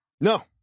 No